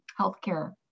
healthcare